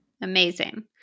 Amazing